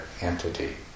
entity